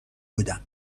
بودم